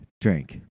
drink